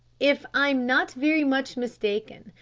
if i'm not very much mistaken,